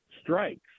strikes